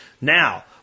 Now